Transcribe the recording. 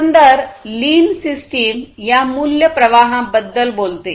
एकंदर lean system या मूल्य प्रवाहांबद्दल बोलते